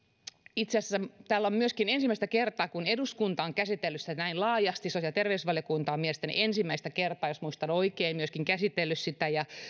itse asiassa täällä on ensimmäistä kertaa eduskunta käsitellyt sitä näin laajasti sosiaali ja terveysvaliokunta on mielestäni ensimmäistä kertaa jos muistan oikein myöskin käsitellyt sitä ja